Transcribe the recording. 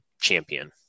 champion